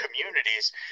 communities